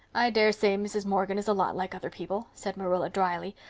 i daresay mrs. morgan is a lot like other people, said marilla drily,